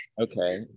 Okay